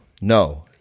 no